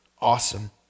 awesome